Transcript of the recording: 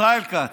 ישראל כץ,